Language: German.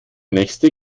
nächste